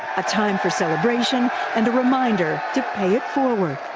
a time for celebration and a reminder to pay it forward.